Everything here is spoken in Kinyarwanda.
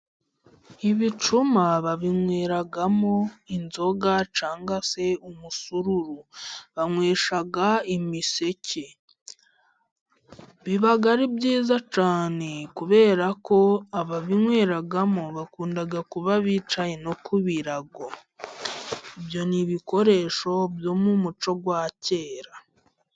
Ibicuma babinyweramo inzoga cyangwa se umusururu. Banywesha imiseke， biba ari byiza cyane， kubera ko ababinyweramo，bakunda kuba bicaye，no ku birago. Ibyo ni ibikoresho byo mu muco wa kera.